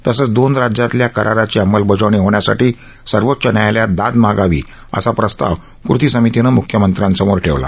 तसंच दोन राज्यातल्या कराराची अंमलबजावणी होण्यासाठी सर्वोच्च न्यायालयात दाद मागावी असा प्रस्ताव कृती समितीनं मुख्यमंत्र्यांसमोर ठेवला